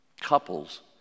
couples